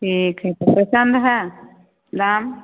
ठीक हइ तऽ पसन्द हइ दाम